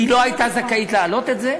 היא לא הייתה זכאית להעלות את זה,